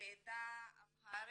לעדה האמהרית,